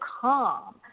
calm